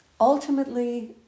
Ultimately